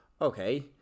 Okay